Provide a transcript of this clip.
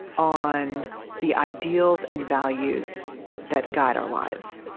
on the ideals and values that guide our lives